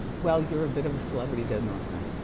well, you're a bit of celebrity though, nor,